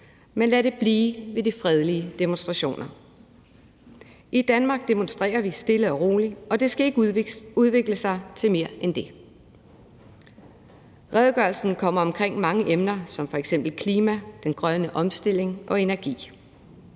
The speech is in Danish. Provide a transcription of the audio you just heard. men lad det blive ved de fredelige demonstrationer. I Danmark demonstrerer vi stille og roligt, og det skal ikke udvikle sig til mere end det. Redegørelsen kommer omkring mange emner som f.eks. klima, den grønne omstilling og energi.